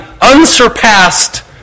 unsurpassed